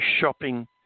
shopping